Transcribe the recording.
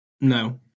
No